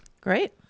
Great